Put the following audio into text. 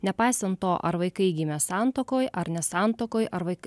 nepaisant to ar vaikai gimė santuokoj ar ne santuokoj ar vaik